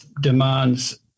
demands